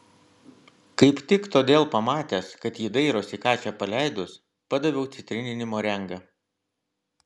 kaip tik todėl pamatęs kad ji dairosi ką čia paleidus padaviau citrininį morengą